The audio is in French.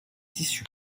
tissus